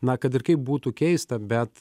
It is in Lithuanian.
na kad ir kaip būtų keista bet